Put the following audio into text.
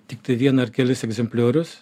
tiktai vieną ar kelis egzempliorius